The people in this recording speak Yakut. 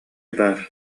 баар